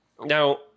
Now